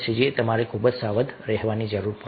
અહીં તમારે ખૂબ જ સાવધ રહેવાની જરૂર છે